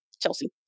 Chelsea